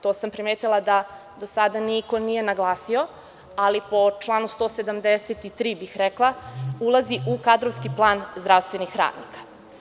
To sam primetila da do sada niko nije naglasio, ali po članu 173. bih rekla da ulazi u kadrovski plan zdravstvenih radnika.